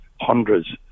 hundreds